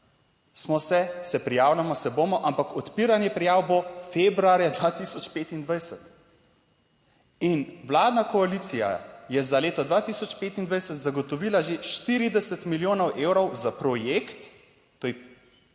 smo se, se prijavljamo, se bomo, ampak odpiranje prijav bo februarja 2025. In vladna koalicija je za leto 2025 zagotovila že 40 milijonov evrov za projekt, to je